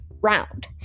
round